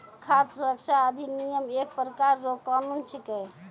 खाद सुरक्षा अधिनियम एक प्रकार रो कानून छिकै